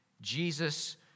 Jesus